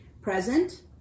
Present